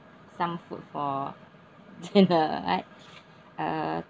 some food for dinner right uh